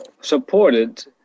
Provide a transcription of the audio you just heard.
supported